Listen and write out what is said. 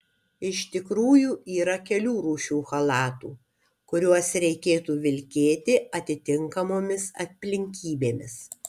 iš tikrųjų yra kelių rūšių chalatų kuriuos reikėtų vilkėti atitinkamomis aplinkybėmis